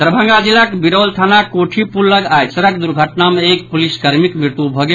दरभंगा जिलाक बिरौल थानाक कोठी पुल लऽग आई सड़क दुर्घटना मे एक पुलिस कर्मीक मृत्यु भऽ गेल